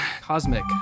Cosmic